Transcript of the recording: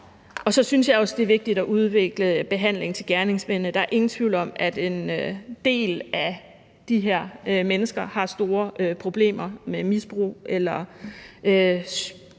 Så synes jeg også, det er vigtigt at udvikle behandling til gerningsmændene. Der er ingen tvivl om, at en del af de her mennesker har store problemer med misbrug eller har